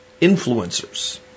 Influencers